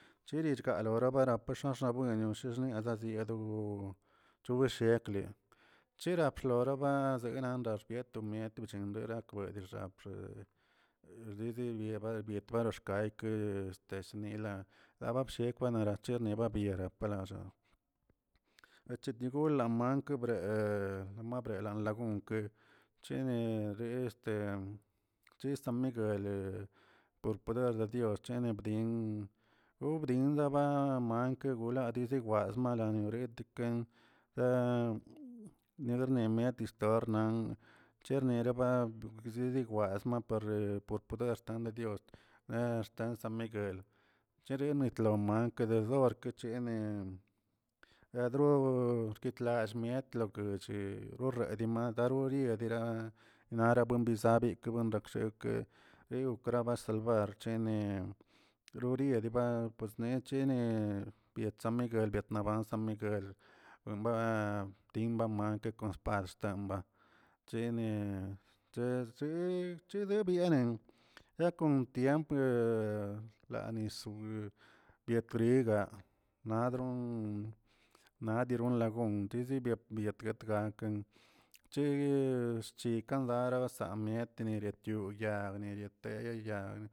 Chibachguerolaba baxanxabuenix xniaxa xniedo chobeshkle cheraplorobə na zegnal dan xbiet miet checherakbel dixxabxee lidi biertma bietrmaraxkay ke este snila labshe chenara chene labera palallaa echitigonla makbree malabre lalagun chini re este chi sanmiguele por poder de dios chene bdini un bdin lava banka guladizii baz maladerini gurietike nirnimieti stor nan cherneriba bokedizi smawa por poder xtan de dios lken xtan san miguel cheri mitlomankə dedor kechini ladroo tallmiet lo guch orredi madad brie diraa nara buebizabi buendeksheke egokraba salvar ene roriediba necheni biet sanmiguel biet na banzamiguel ban timna mangə xpad xtamma cheni chezə chedi byenen ya kon tiempke kle lanis biu biet briga nadron nadiron lagun zibiaꞌ biet babga chegui chikanlarabag lamiet nerig lo yaa bneb teye yagb.